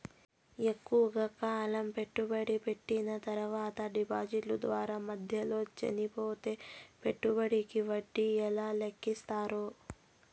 ఎక్కువగా కాలం పెట్టుబడి పెట్టిన తర్వాత డిపాజిట్లు దారు మధ్యలో చనిపోతే పెట్టుబడికి వడ్డీ ఎలా లెక్కిస్తారు?